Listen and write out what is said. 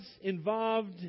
involved